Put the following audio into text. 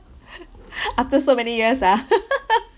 after so many years ah